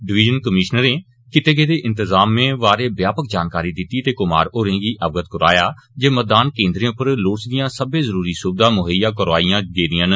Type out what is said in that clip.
divisional कमीश्नरें कीते गेदे इंतजामें बारै व्यापक जानकारी दित्ती ते कुमार होरें गी अवगत करोआया जे मतदान केंद्रें उप्पर लोड़चदियां सब्मै जरूरी सुविघां मुहेईयां करोआईयां गेदियां न